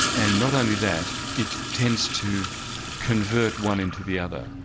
and not only that it tends to convert one into the other,